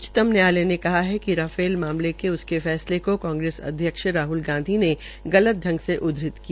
उच्चतम न्यायालय ने कहा है कि राफेल मामले के उसके फैसले को कांग्रेस अध्यक्ष राहल गांधी ने गलत संग से उद्धृत किया